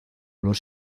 los